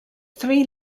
three